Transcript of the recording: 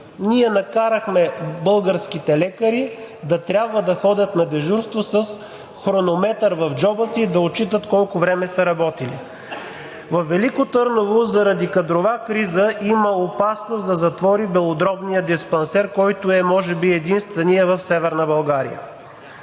Ние накарахме българските лекари да трябва да ходят на дежурство с хронометър в джоба си и да отчитат колко време са работили. Във Велико Търново заради кадрова криза има опасност да затвори белодробният диспансер, който е, може би, единственият в Северна България.